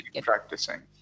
practicing